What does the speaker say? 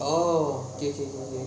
oh okay